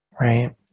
right